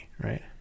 right